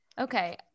okay